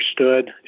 understood